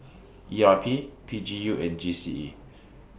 E R P P G U and G C E